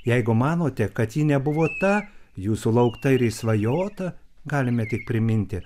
jeigu manote kad ji nebuvo ta jūsų laukta ir išsvajota galime tik priminti